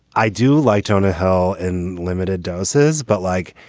i do like jonah hill in limited doses, but like,